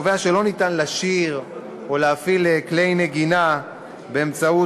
קובע שלא ניתן לשיר או להפעיל כלי נגינה באמצעות